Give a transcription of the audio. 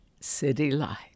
citylights